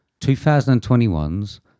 2021's